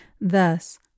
Thus